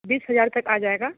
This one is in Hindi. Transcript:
बीस हज़ार तक आ जाएगा